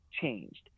changed